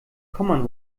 common